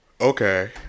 Okay